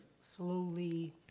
slowly